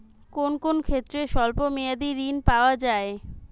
কোন কোন ক্ষেত্রে স্বল্প মেয়াদি ঋণ পাওয়া যায়?